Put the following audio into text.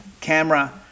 camera